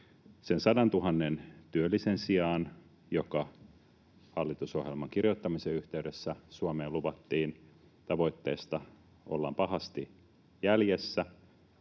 sadantuhannen työllisen sijaan, joka hallitusohjelman kirjoittamisen yhteydessä Suomeen luvattiin, tavoitteesta ollaan pahasti jäljessä.